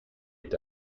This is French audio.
est